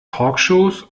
talkshows